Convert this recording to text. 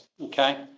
okay